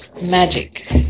magic